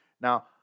Now